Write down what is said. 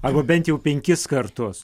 arba bent jau penkis kartus